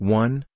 one